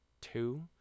two